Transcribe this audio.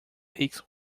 picks